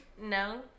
No